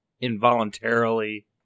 involuntarily